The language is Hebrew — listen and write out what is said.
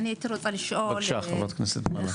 בבקשה חה"כ מלקו.